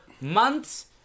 months